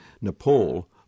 Nepal